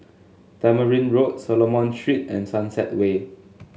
Tamarind Road Solomon Street and Sunset Way